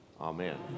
Amen